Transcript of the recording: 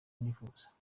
nifuza